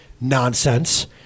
nonsense